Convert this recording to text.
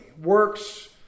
works